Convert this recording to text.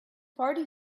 party